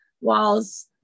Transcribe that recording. walls